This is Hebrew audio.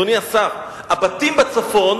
אדוני השר, הבתים בצפון